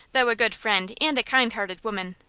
though a good friend and a kindhearted woman,